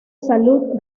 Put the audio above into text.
salud